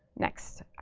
next,